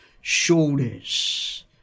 shoulders